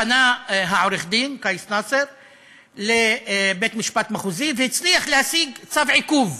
פנה העורך-דין קייס נאסר לבית-המשפט המחוזי והצליח להשיג צו עיכוב.